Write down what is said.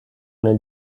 nel